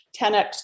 10X